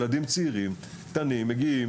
ילדים צעירים מגיעים.